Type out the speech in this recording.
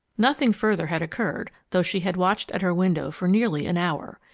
nothing further had occurred, though she had watched at her window for nearly an hour.